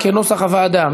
כנוסח הוועדה.